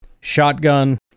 Shotgun